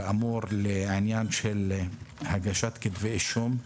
כאמור, לעניין של הגשת כתבי אישום.